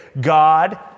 God